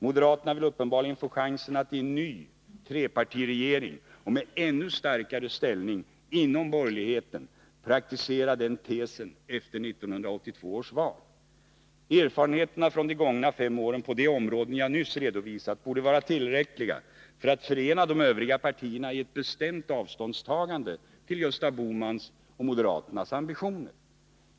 Moderaterna vill uppenbarligen få chansen att i en ny trepartiregering och med en ännu starkare ställning inom borgerligheten praktisera den tesen efter 1982 års val. Erfarenheterna från de gångna fem åren på de områden som jag nyss har berört borde vara tillräckliga för att förena de övriga partierna i ett bestämt avståndstagande från Gösta Bohmans och moderata samlingspartiets ambitioner.